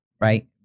right